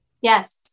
yes